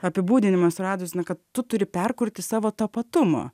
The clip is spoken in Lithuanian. apibūdinimą esu radus kad tu turi perkurti savo tapatumą